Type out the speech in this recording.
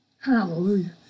Hallelujah